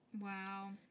Wow